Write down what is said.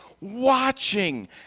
watching